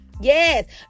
Yes